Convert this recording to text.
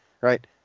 Right